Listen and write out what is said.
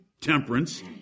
temperance